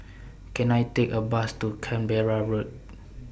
Can I Take A Bus to Canberra Road